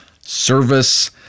Service